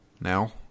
Now